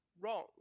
wrong